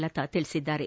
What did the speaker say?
ಲತಾ ತಿಳಿಸಿದ್ದಾರೆ